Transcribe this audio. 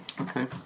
Okay